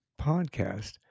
podcast